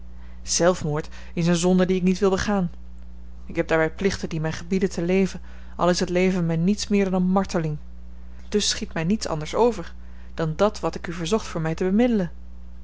zelfmoord is eene zonde die ik niet wil begaan ik heb daarbij plichten die mij gebieden te leven al is het leven mij niets meer dan eene marteling dus schiet mij niets anders over dan dàt wat ik u verzocht voor mij te bemiddelen